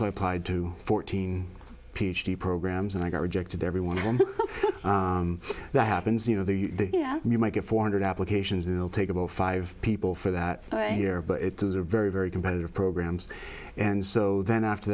so i applied to fourteen ph d programs and i got rejected every one of them that happens you know the yeah you might get four hundred applications they'll take about five people for that year but it was a very very competitive programs and so then after